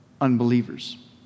unbelievers